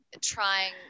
trying